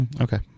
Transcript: Okay